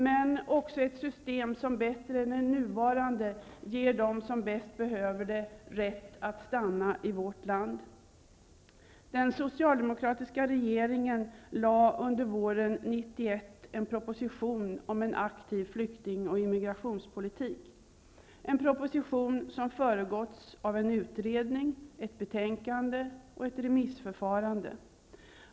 Det behövs också ett system som bättre än det nuvarande ger dem som bäst behöver det rätt att stanna i vårt land. Den socialdemokratiska regeringen lade under våren 1991 fram en proposition om en aktiv flykting och immigrationspolitik. Propositionen hade föregåtts av en utredning, ett betänkande och ett remissförfarande.